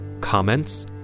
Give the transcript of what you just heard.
Comments